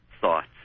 thoughts